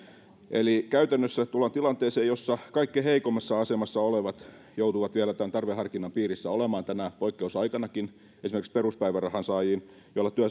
eli käytännössä tullaan tilanteeseen jossa kaikkein heikoimmassa asemassa olevat joutuvat vielä tämän tarveharkinnan piirissä olemaan tänä poikkeusaikanakin esimerkiksi peruspäivärahan saajiin joilla